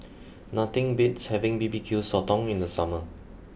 nothing beats having B B Q Sotong in the summer